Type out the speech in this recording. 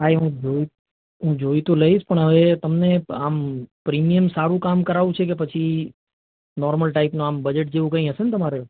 હા એ હું જોઈ હું જોઈ તો લઈશ પણ હવે તમને આમ પ્રીમિયમ સારું કામ કરાવવું છે કે પછી નોર્મલ ટાઇપનું આમ બજેટ જેવું કંઈ હશે ને તમારે